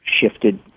shifted